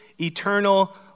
eternal